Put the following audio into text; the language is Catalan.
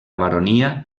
baronia